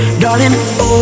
darling